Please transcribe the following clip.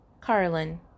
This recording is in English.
Carlin